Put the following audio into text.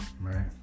right